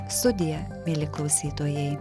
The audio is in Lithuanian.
sudie mieli klausytojai